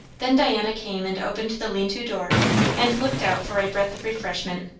then diana came and opened the lean-to door and looked out for a breath of refreshment.